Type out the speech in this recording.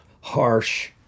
harsh